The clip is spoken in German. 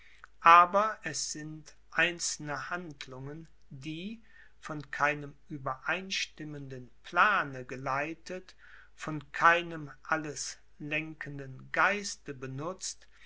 aber es sind einzelne handlungen die von keinem übereinstimmenden plane geleitet von keinem alles lenkenden geiste benutzt